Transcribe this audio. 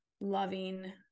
loving